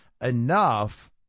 enough